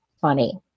funny